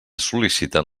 sol·liciten